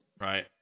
Right